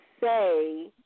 say